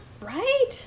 Right